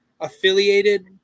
affiliated